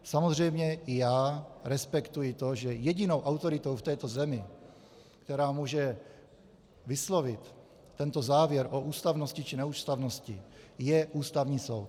Samozřejmě i já respektuji to, že jedinou autoritou v této zemi, která může vyslovit tento závěr o ústavnosti či neústavnosti, je Ústavní soud.